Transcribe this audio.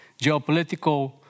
geopolitical